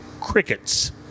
crickets